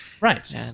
Right